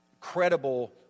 credible